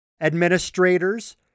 administrators